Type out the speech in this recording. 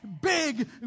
big